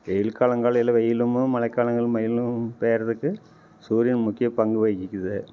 வெயில் காலங்களில் எல்லாம் வெயிலும் மழைக் காலங்களில் மழையும் பெய்றதுக்கு சூரியன் முக்கியப்பங்கு வகிக்குது